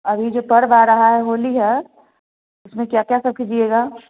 अभी जो पर्व आ रहा है होली है उसमें क्या क्या सब कीजिएगा